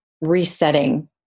resetting